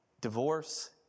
divorce